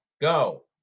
go